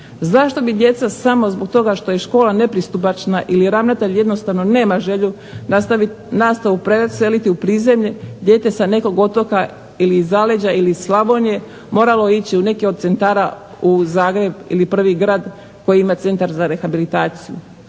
Zašto bi djeca samo zbog toga što je škola nepristupačna ili ravnatelj jednostavno nema želju nastavu preseliti u prizemlju dijete sa nekog otoka ili iz zaleđa ili iz Slavonije moralo ići u nekih od centara u Zagreb ili prvi grad koji ima centar za rehabilitaciju.